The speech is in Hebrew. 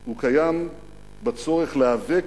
הוא הצורך להיאבק